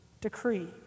decree